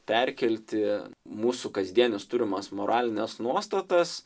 perkelti mūsų kasdienes turimas moralines nuostatas